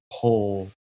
pull